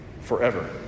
forever